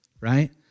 right